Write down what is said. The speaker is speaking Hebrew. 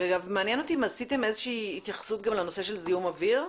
מעניין אותי אם עשיתם התייחסות גם לנושא של זיהום אוויר,